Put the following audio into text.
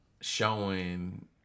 showing